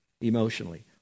emotionally